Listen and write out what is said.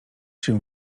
się